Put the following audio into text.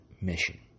mission